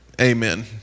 Amen